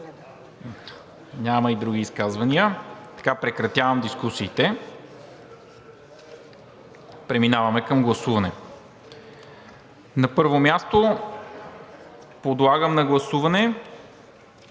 Няма. Други изказвания? Няма. Прекратявам дискусиите. Преминаваме към гласуване. На първо място подлагам на гласуване